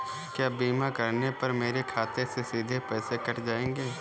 क्या बीमा करने पर मेरे खाते से सीधे पैसे कट जाएंगे?